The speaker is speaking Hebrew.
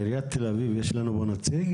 לעיריית תל אביב יש פה נציג?